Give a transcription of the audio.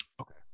okay